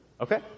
okay